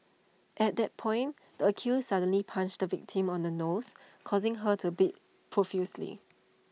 at that point the accused suddenly punched the victim on the nose causing her to bleed profusely